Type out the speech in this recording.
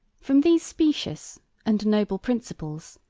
from these specious and noble principles,